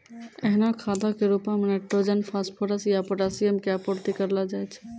एहनो खादो के रुपो मे नाइट्रोजन, फास्फोरस या पोटाशियम के आपूर्ति करलो जाय छै